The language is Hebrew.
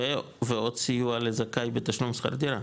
ועוד סיוע לזכאי בתשלום שכר דירה.